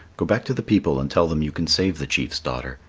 go back to the people and tell them you can save the chief's daughter.